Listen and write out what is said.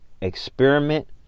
Experiment